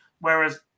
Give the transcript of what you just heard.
Whereas